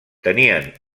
tenien